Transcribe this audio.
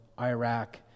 Iraq